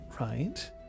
Right